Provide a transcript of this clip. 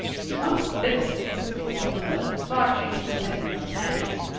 drunk fiddlesticks! said marilla, marching to the sitting room pantry.